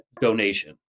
donation